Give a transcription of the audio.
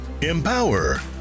empower